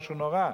משהו נורא,